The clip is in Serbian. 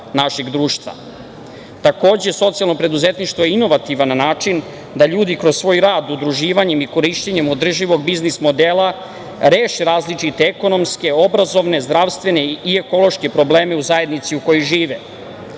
društva. Takođe, socijalno preduzetništvo je inovativan način da ljudi kroz svoj rad udruživanjem i korišćenjem održivog biznis modela reše različite ekonomske, obrazovne, zdravstvene i ekološke probleme u zajednici u kojoj žive.